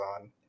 on